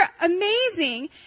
amazing